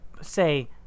say